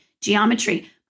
geometry